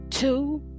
Two